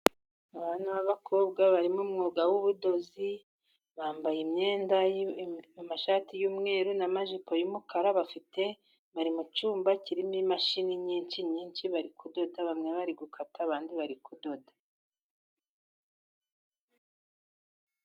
Abana b'abakobwa bari mu mwuga w'ubudozi, bambaye imyenda, amashati y'umweru n'amajipo y'umukara, bafite, bari mu cyumba kirimo imashini nyinshi nyinshi, bari kudoda, bamwe bari gukata abandi bari kudoda.